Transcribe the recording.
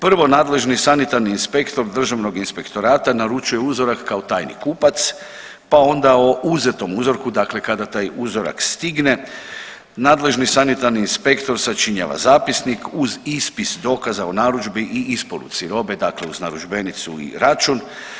Prvo nadležni sanitarni inspektor Državnog inspektorata naručuje uzorak kao tajni kupac pa onda o uzetom uzroku, dakle kada taj uzorak stigne nadležni sanitarni inspektor sačinjava zapisnik uz ispis dokaza o narudžbi i isporuci robe, dakle uz narudžbenicu i račun.